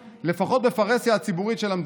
לפחות כשאתה משקר תוריד את הכיפה.